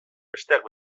besteak